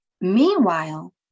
Meanwhile